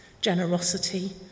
generosity